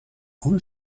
اون